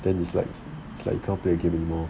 then it's like like you can't play the game anymore